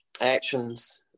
actions